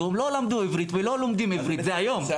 לא למדו עברית ולא לומדים עברית זה קורה היום,